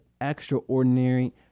extraordinary